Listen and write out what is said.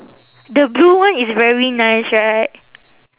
the blue one is very nice right